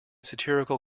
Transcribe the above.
satirical